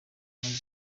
maze